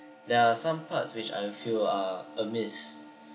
there are some parts which I feel are amiss